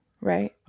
Right